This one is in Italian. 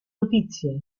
notizie